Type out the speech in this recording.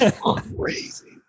crazy